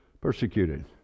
persecuted